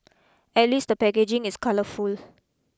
at least the packaging is colourful